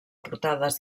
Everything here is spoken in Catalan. portades